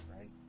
right